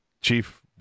Chief